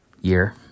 year